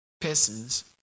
persons